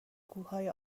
کوه